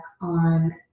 on